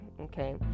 Okay